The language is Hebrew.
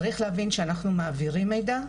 צריך להבין שאנחנו מעבירים מידע,